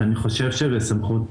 אני חושב שזה ועדת עבודה.